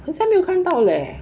好像没有看到 leh